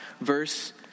verse